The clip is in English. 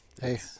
Hey